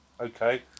okay